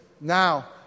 Now